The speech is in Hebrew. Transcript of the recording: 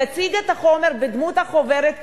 תציג את החומר בדמות חוברת כזאת,